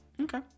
Okay